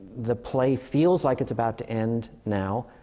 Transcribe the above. the play feels like it's about to end now.